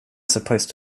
supposed